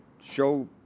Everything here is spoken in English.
show